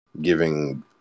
giving